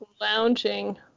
Lounging